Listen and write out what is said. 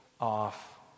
off